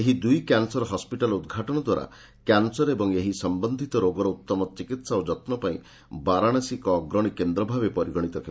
ଏହି ଦୁଇ cancer hospital ଉଦ୍ଘାଟନ ଦ୍ୱାରା କ୍ୟାନସର ଏବଂ ଏହି ସମ୍ଭନ୍ଧିତ ରୋଗର ଉତ୍ତମ ଚିକିତ୍ସା ଓ ଯତ୍ର ପାଇଁ ବାରଣାସୀ ଏକ ଅଗ୍ରଣୀ କେନ୍ଦ୍ରଭାବେ ପରିଗଣିତ ହେବ